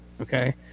okay